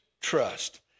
trust